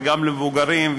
וגם למבוגרים,